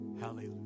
Hallelujah